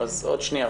עוד שניה,